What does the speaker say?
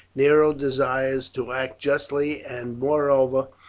nero desires to act justly, and moreover,